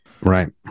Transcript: Right